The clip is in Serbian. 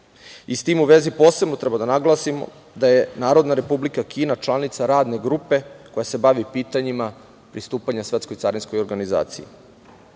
i s tim u vezi posebno treba da naglasimo da je Narodna Republika Kina članica radne grupe koja se bavi pitanjima pristupanja Svetskoj carinskoj organizaciji. Ovim